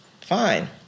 fine